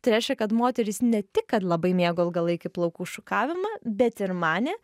tai reiškia kad moterys ne tik kad labai mėgo ilgalaikį plaukų šukavimą bet ir manė